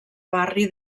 barri